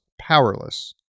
powerless